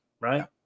right